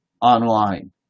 online